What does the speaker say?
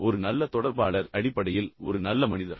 ஒரு நல்ல தொடர்பாளர் அடிப்படையில் ஒரு நல்ல மனிதர்